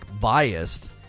biased